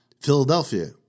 Philadelphia